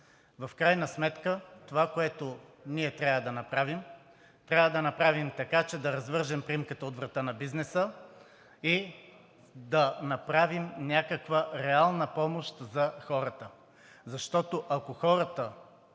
В крайна сметка това, което ние трябва да направим, трябва да направим така, че да развържем примката от врата на бизнеса и да направим някаква реална помощ за хората. Защото ако хората